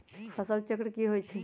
फसल चक्र की होई छै?